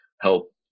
help